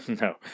No